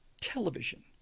television